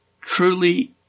truly